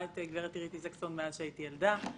את גברת אירית איזיקסון מאז שהייתי ילדה.